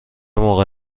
موقع